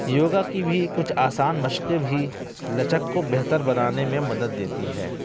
یوگا کی بھی کچھ آسان مشقیں بھی لچک کو بہتر بنانے میں مدد دیتی ہے